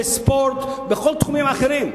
בספורט ובכל התחומים האחרים.